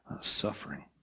suffering